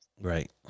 right